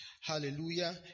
Hallelujah